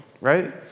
right